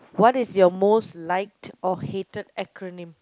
what is your most liked or hated acronym